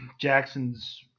Jackson's